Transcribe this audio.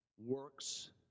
works